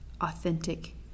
authentic